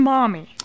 Mommy